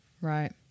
Right